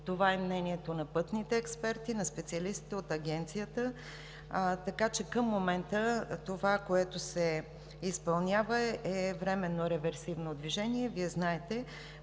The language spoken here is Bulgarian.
Това е мнението на пътните експерти, на специалистите от Агенцията, така че към момента това, което се изпълнява, е временно реверсивно движение, Вие знаете,